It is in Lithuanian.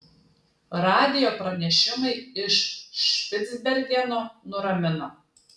radijo pranešimai iš špicbergeno nuramino